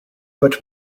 but